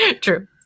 True